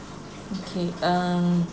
okay um